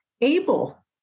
able